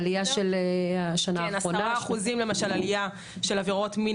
עלייה של 10% בשנה האחרונה.